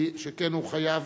שכן הוא חייב